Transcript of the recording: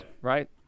Right